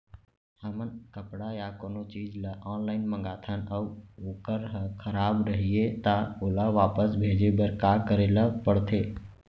हमन कपड़ा या कोनो चीज ल ऑनलाइन मँगाथन अऊ वोकर ह खराब रहिये ता ओला वापस भेजे बर का करे ल पढ़थे?